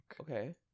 Okay